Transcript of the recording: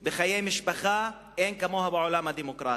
לחיי משפחה, אין כמוהו בעולם הדמוקרטי,